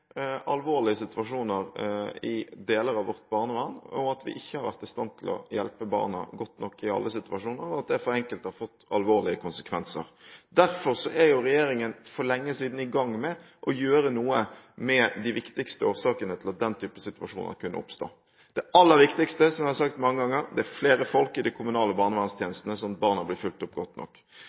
alvorlige situasjoner i deler av vårt barnevern, og at vi ikke har vært i stand til å hjelpe barna godt nok i alle situasjoner, og at det for enkelte har fått alvorlige konsekvenser. Derfor har regjeringen for lenge siden satt i gang med å gjøre noe med de viktigste årsakene til at den type situasjoner har kunnet oppstå. Det aller viktigste – som jeg har sagt mange ganger – er å få flere folk i de kommunale barnevernstjenestene, sånn at barna blir fulgt opp godt nok.